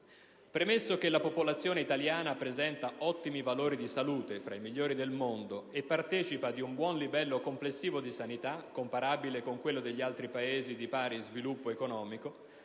premesso che: la popolazione italiana presenta ottimi valori di salute (fra i migliori del mondo) e partecipa di un buon livello complessivo di sanità, comparabile con quella degli altri paesi di pari sviluppo economico;